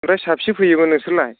ओमफ्राय साबैसे फैयोमोन नोंसोरलाय